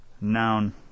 Noun